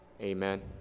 Amen